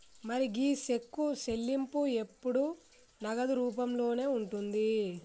మరి గీ సెక్కు చెల్లింపు ఎప్పుడు నగదు రూపంలోనే ఉంటుంది